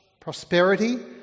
prosperity